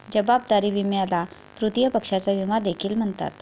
जबाबदारी विम्याला तृतीय पक्षाचा विमा देखील म्हणतात